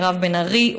מירב בן ארי,